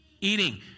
Eating